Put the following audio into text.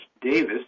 Davis